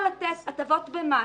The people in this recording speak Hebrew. או לתת הטבות במס.